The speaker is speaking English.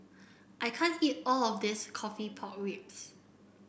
I can't eat all of this coffee Pork Ribs